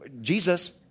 Jesus